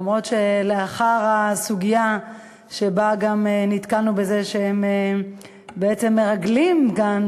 אף-על-פי שלאחר שנתקלנו בזה שהם גם בעצם מרגלים כאן,